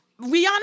Rihanna